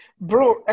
Bro